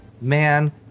man